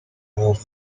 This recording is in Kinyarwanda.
health